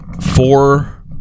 four